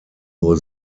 nur